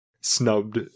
snubbed